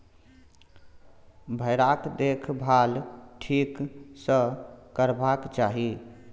भेराक देखभाल ठीक सँ करबाक चाही